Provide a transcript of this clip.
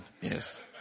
yes